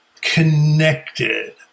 connected